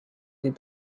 did